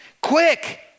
quick